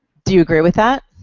do you agree with that?